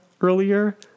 earlier